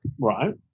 right